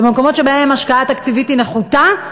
במקומות שבהם ההשקעה התקציבית היא נחותה,